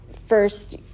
first